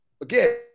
again